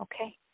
Okay